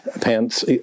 pants